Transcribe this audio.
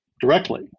directly